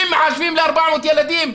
60 מחשבים ל-400 ילדים.